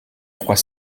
trois